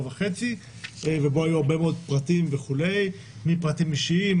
וחצי ובו היו הרבה מאוד פרטים פרטים אישיים,